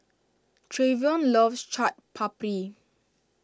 Trayvon loves Chaat Papri